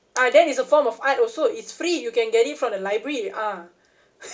ah then is a form of art also it's free you can get it from the library ah